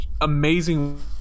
amazing